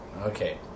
Okay